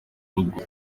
rugo